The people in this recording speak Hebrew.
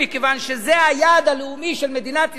מכיוון שזה היעד הלאומי של מדינת ישראל,